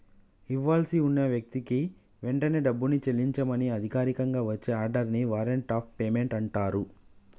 ఇవ్వాల్సి ఉన్న వ్యక్తికి వెంటనే డబ్బుని చెల్లించమని అధికారికంగా వచ్చే ఆర్డర్ ని వారెంట్ ఆఫ్ పేమెంట్ అంటరు